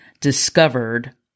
discovered